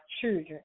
children